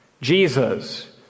Jesus